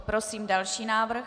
Prosím další návrh.